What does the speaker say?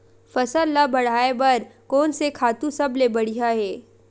फसल ला बढ़ाए बर कोन से खातु सबले बढ़िया हे?